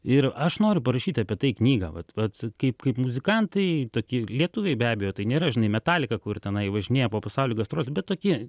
ir aš noriu parašyti apie tai knygą vat vat kaip kaip muzikantai toki lietuviai be abejo tai nėra žinai metalika kur tenai važinėja po pasaulį gastrolės bet tokie